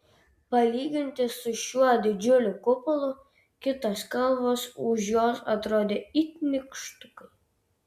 palyginti su šiuo didžiuliu kupolu kitos kalvos už jos atrodė it nykštukai